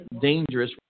dangerous